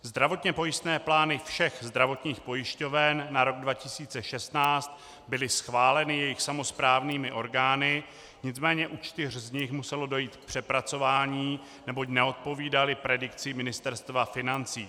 Zdravotně pojistné plány všech zdravotních pojišťoven na rok 2016 byly schváleny jejich samosprávnými orgány, nicméně u čtyř z nich muselo dojít k přepracování, neboť neodpovídaly predikci Ministerstva financí.